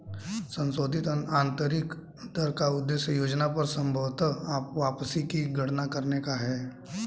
संशोधित आंतरिक दर का उद्देश्य योजना पर संभवत वापसी की गणना करने का है